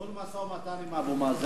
ניהול משא-ומתן עם אבו מאזן,